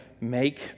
make